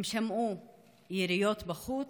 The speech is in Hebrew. הם שמעו יריות בחוץ,